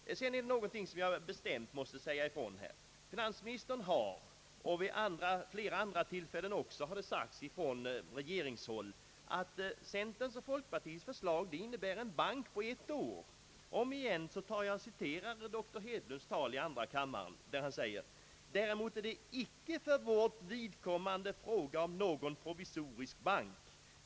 Sedan måste jag bestämt säga ifrån om en sak. Finansministern har sagt — och det har vid flera andra tillfällen sagts från regeringshåll — att centerns och folkpartiets förslag innebär en bank på ett år. Omigen citerar jag ur doktor Hedlunds tal i andra kammaren: »Däremot är det icke för vårt vidkommande fråga om någon provisorisk bank.